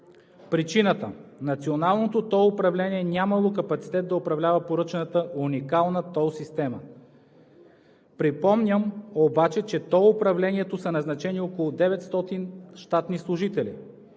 Причината? Националното тол управление нямало капацитет да управлява поръчаната уникална тол система. Припомням обаче, че в тол управлението са назначени около 900 щатни служители.